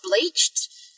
bleached